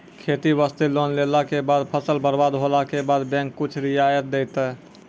खेती वास्ते लोन लेला के बाद फसल बर्बाद होला के बाद बैंक कुछ रियायत देतै?